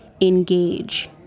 engage